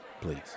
please